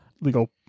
legal